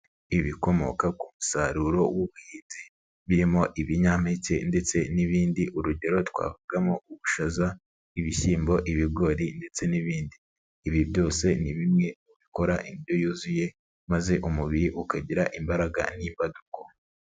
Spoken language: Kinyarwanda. Ibikomoka ku musaruro w'ubuhinzi, birimo ibinyampeke ndetse n'ibindi, urugero twavugamo ubushaza, ibishyimbo, ibigori ndetse n'ibindi. Ibi byose ni bimwe mu bikora indyo yuzuye maze umubiri ukagira imbaraga n'imbaduko.